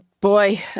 Boy